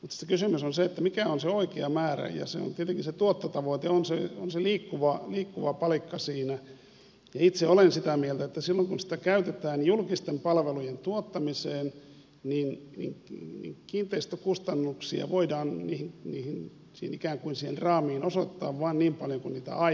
mutta sitten se kysymys on että mikä on se oikea määrä ja silloin tietenkin se tuottotavoite on se liikkuva palikka siinä ja itse olen sitä mieltä että silloin kun sitä käytetään julkisten palvelujen tuottamiseen kiinteistökustannuksia voidaan siihen raamiin osoittaa vain niin paljon kuin niitä aidosti maksetaan